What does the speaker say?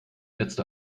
letzte